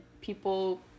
people